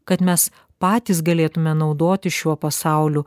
kad mes patys galėtume naudotis šiuo pasauliu